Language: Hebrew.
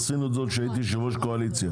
ועשינו את זה עוד כשהיינו יושב-ראש קואליציה.